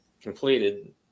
completed